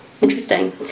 Interesting